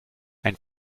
ein